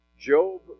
Job